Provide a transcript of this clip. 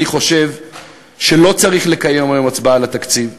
אני חושב שלא צריך לקיים היום הצבעה על התקציב,